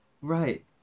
Right